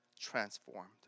transformed